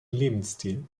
lebensstil